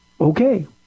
Okay